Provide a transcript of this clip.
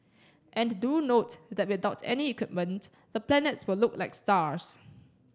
and do note that without any equipment the planets will look like stars